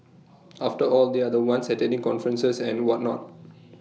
after all they are the ones attending conferences and whatnot